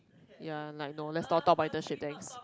ya like no lets not talk about internship thanks